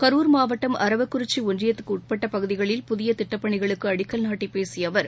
கரூர் மாவட்டம் அரவக்குறிச்சி ஒன்றியத்திற்குட்பட்ட பகுதிகளில் புதிய திட்டப்பணிகளுக்கு அடிக்கல் நாட்டிப் பேசிய அவர்